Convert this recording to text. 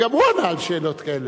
וגם הוא ענה על שאלות כאלה.